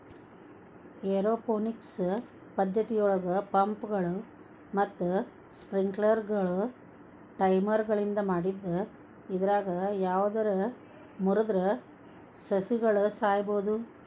aeroponics ಪದ್ದತಿಯೊಳಗ ಪಂಪ್ಗಳು ಮತ್ತ ಸ್ಪ್ರಿಂಕ್ಲರ್ಗಳು ಟೈಮರ್ಗಳಿಂದ ಮಾಡಿದ್ದು ಇದ್ರಾಗ ಯಾವದರ ಮುರದ್ರ ಸಸಿಗಳು ಸಾಯಬೋದು